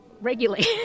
regularly